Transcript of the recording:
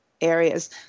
areas